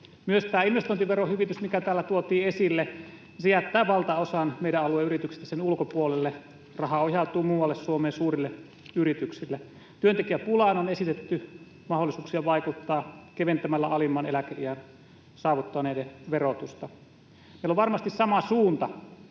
Myös tämä investointiverohyvitys, mikä täällä tuotiin esille, jättää valtaosan meidän alueen yrityksistä sen ulkopuolelle. Raha ohjautuu muualle Suomeen, suurille yrityksille. Työntekijäpulaan on esitetty mahdollisuuksia vaikuttaa keventämällä alimman eläkeiän saavuttaneiden verotusta. Meillä on varmasti sama suunta